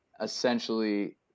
essentially